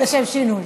לשם שינוי.